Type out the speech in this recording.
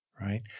right